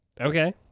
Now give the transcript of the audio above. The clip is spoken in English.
Okay